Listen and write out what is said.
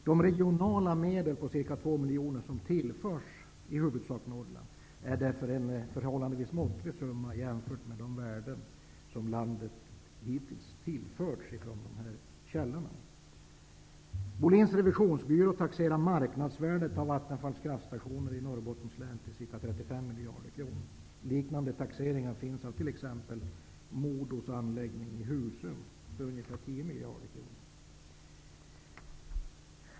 De regionalpolitiska medel om ca 2 miljarder kronor som årligen tillförs Norrland är därför en förhållandevis måttlig summa jämfört med de värden som landet hittills tillförts från dessa källor. Vattenfalls kraftstationer bara i Norrbottens län till ca 35 miljarder kronor. Liknande taxeringar har gjorts av t.ex. MoDo:s anläggning i Husum, som värderas till ca 10 miljarder kronor.